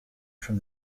from